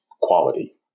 quality